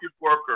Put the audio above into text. worker